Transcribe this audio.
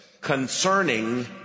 concerning